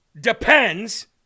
depends